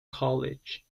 college